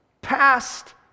Past